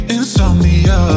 Insomnia